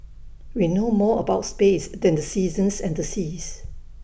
we know more about space than the seasons and the seas